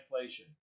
inflation